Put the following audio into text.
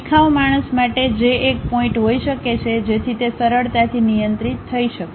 શિખાઉ માણસ માટે જે એક પોઇન્ટ હોઈ શકે છે જેથી તે સરળતાથી નિયંત્રિત થઈ શકે